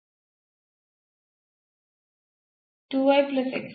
ಪಾಯಿಂಟ್ನಲ್ಲಿರುವ ಮಿಶ್ರ ದರ್ಜೆಯ ಆಂಶಿಕ ನಿಷ್ಪನ್ನದ s ಆಗಿರುತ್ತದೆ